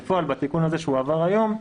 בפועל, בתיקון הזה שהועבר היום,